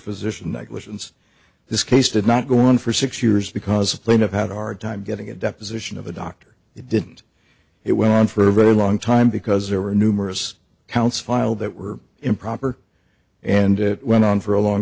physician negligence this case did not go on for six years because a plane of had a hard time getting a deposition of a doctor it did and it went on for a very long time because there were numerous counts filed that were improper and it went on for a long